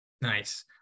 Nice